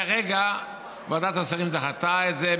כרגע ועדת השרים דחתה את זה,